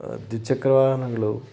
ದ್ವಿಚಕ್ರ ವಾಹನಗಳು